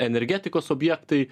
energetikos objektai